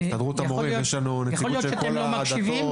בהסתדרות המורים יש לנו נציגות של כל הדתות.